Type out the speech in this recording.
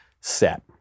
set